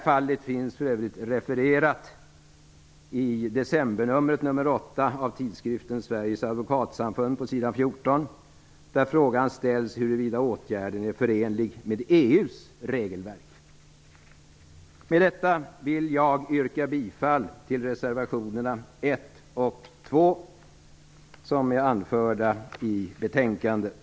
Fallet finns refererat på s. 14 i decembernumret, nr 8, av Tidskrift för Sveriges Advokatsamfund, där frågan ställs huruvida åtgärden är förenlig med EU:s regelverk. Med detta vill jag yrka bifall till reservationerna 1